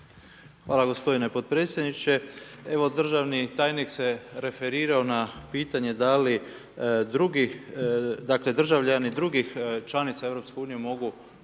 Hvala gospodine potpredsjedniče. Evo državni tajnik se referirao na pitanje da li drugi, dakle državljani drugih članica EU mogu